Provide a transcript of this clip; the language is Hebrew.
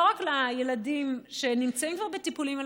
לא רק לילדים שנמצאים כבר בטיפולים,